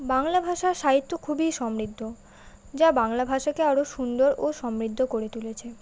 বাংলা ভাষার সাহিত্য খুবই সমৃদ্ধ যা বাংলা ভাষাকে আরও সুন্দর ও সমৃদ্ধ করে তুলেছে